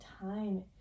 time